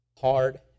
hard